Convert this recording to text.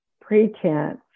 pretense